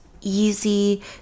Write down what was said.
easy